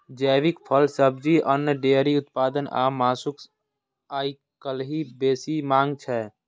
जैविक फल, सब्जी, अन्न, डेयरी उत्पाद आ मासुक आइकाल्हि बेसी मांग छै